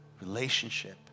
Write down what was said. relationship